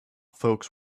folks